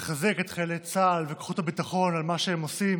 לחזק את חיילי צה"ל ואת כוחות הביטחון על מה שהם עושים